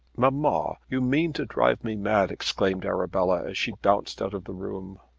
mamma, you mean to drive me mad, exclaimed arabella as she bounced out of the room.